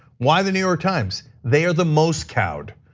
why the new york times? they are the most cowed.